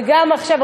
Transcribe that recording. וגם עכשיו,